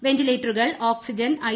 വെന്റിലേറ്റുകൾ oxygen I